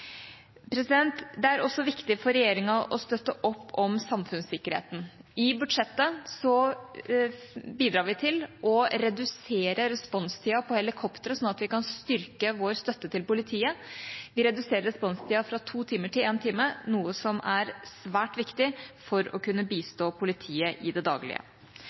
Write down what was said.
Det er også viktig for regjeringa å støtte opp om samfunnssikkerheten. I budsjettet bidrar vi til å redusere responstida på helikopteret, slik at vi kan styrke vår støtte til politiet. Vi reduserer responstida fra to timer til én time, noe som er svært viktig for å kunne bistå politiet i det daglige.